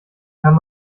kann